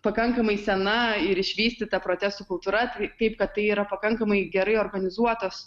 pakankamai sena ir išvystyta protesto kultūra kaip kad tai yra pakankamai gerai organizuotas